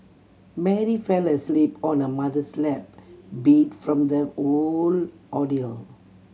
Mary fell asleep on her mother's lap beat from the whole ordeal